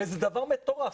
הרי זה דבר מטורף.